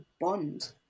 bond